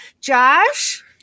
Josh